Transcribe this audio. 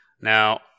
Now